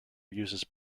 uses